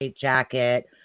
jacket